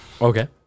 Okay